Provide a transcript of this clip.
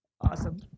Awesome